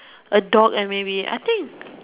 a dog and maybe I think